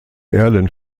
erlen